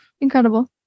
Incredible